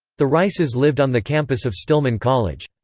the rices lived on the campus of stillman college.